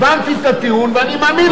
הבנתי את הטיעון ואני מאמין לך.